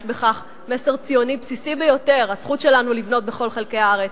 יש בכך מסר ציוני בסיסי ביותר: הזכות שלנו לבנות בכל חלקי הארץ.